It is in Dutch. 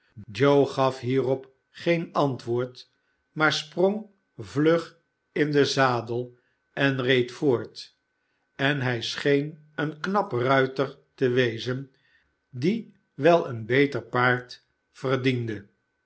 joe gaf hierop geen antwoord maar sprong vlug in den zadel en reed voort en hij scheen een knap ruiter te wezen die wel een beter paard verdiende